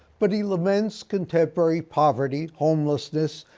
but he laments contemporary poverty, homelessness,